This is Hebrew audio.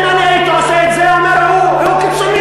אם אני הייתי עושה את זה, אומר: הוא קיצוני.